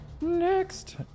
Next